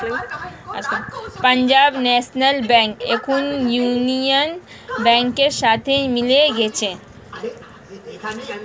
Punjab National Bank এখন Union ব্যাংকের সাথে মিলে গেছে